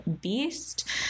beast